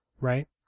right